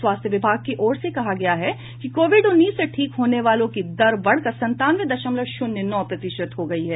स्वास्थ्य विभाग की ओर से कहा गया है कि कोविड उन्नीस से ठीक होने वालों की दर बढ़कर संतानवे दशमलव शून्य नौ प्रतिशत हो गयी है